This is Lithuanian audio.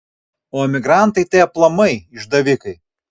o emigrantai tai aplamai išdavikai